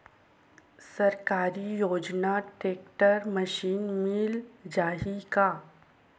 सरकारी योजना tractor machine मिल जाही का?